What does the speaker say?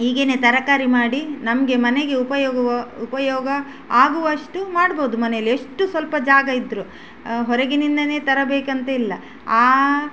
ಹೀಗೆಯೇ ತರಕಾರಿ ಮಾಡಿ ನಮಗೆ ಮನೆಗೆ ಉಪಯೋಗವೊ ಉಪಯೋಗ ಆಗುವಷ್ಟು ಮಾಡ್ಬೋದು ಮನೇಲಿ ಎಷ್ಟು ಸ್ವಲ್ಪ ಜಾಗ ಇದ್ದರು ಹೊರಗಿನಿಂದಲೇ ತರಬೇಕಂತಿಲ್ಲ ಆ